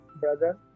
brother